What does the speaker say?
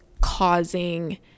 causing